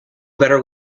better